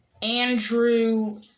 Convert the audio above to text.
Andrew